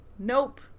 Nope